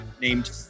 named